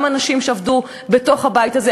גם אנשים שעבדו בתוך הבית הזה,